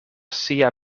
sia